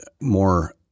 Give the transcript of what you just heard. more